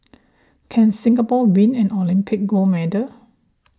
can Singapore win an Olympic gold medal